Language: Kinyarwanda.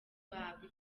bahabwa